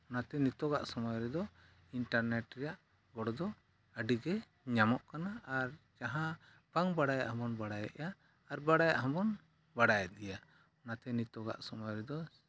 ᱚᱱᱟᱛᱮ ᱱᱤᱛᱳᱜᱟᱜ ᱥᱚᱢᱚᱭ ᱨᱮᱫᱚ ᱤᱱᱴᱟᱨᱱᱮᱴ ᱨᱮᱭᱟᱜ ᱜᱚᱲᱚ ᱫᱚ ᱟᱹᱰᱤᱜᱮ ᱧᱟᱢᱚᱜ ᱠᱟᱱᱟ ᱟᱨ ᱡᱟᱦᱟᱸ ᱵᱟᱝ ᱵᱟᱲᱟᱭᱟᱜ ᱦᱚᱸᱵᱚᱱ ᱵᱟᱲᱟᱭᱮᱫᱟ ᱟᱨ ᱵᱟᱲᱟᱭᱟᱜ ᱦᱚᱸᱵᱚᱱ ᱵᱟᱲᱟᱭᱮᱫ ᱜᱮᱭᱟ ᱚᱱᱟᱛᱮ ᱱᱤᱛᱳᱜᱟᱜ ᱥᱚᱢᱚᱭ ᱨᱮᱫᱚ